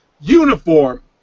uniform